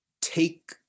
take